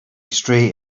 straight